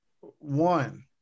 one